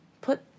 put